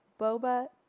boba